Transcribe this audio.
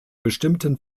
bestimmten